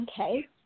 Okay